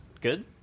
good